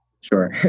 Sure